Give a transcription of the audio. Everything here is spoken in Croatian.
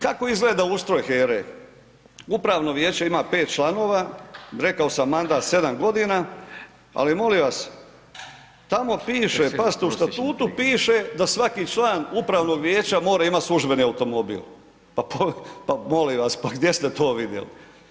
Kako izgleda ustroj HERA-e, Upravno vijeće ima 5 članova, rekao sam mandat, 7 godina, ali molim vas, tamo piše, pazite, u statutu piše, da svaki član upravnog vijeća mora imati službeni automobil, pa molim vas, gdje ste to vidjeli.